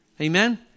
Amen